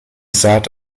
saat